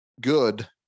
good